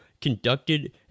conducted